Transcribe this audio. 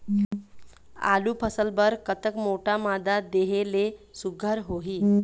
आलू फसल बर कतक मोटा मादा देहे ले सुघ्घर होही?